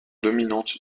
dominante